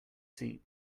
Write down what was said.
seat